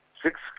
Six